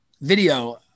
video